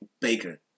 Baker